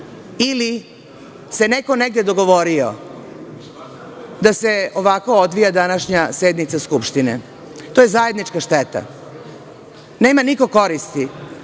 ili se neko negde dogovorio da se ovako odvija današnja sednica Skupštine? To je zajednička šteta. Nema niko koristi